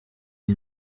iyi